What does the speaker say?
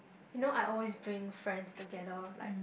you know I always bring friends together like